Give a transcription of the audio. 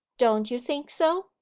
don't you think so,